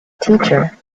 teacher